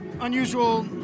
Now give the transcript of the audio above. unusual